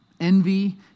Envy